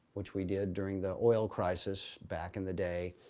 which we did during the oil crisis back in the day,